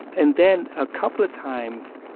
and then a couple of times,